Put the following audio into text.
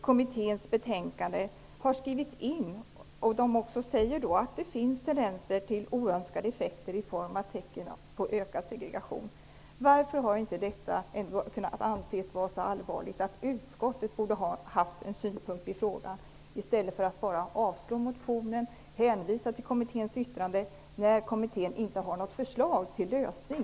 Kommittén anser ju att det finns tendenser till oönskade effekter i form av tecken på ökad segregation. Varför har inte detta ansetts så allvarligt att utskottet borde ha haft en synpunkt i frågan, i stället för att bara avstyrka motionen och hänvisa till kommitténs yttrande, särskilt som kommittén inte har något förslag till lösning?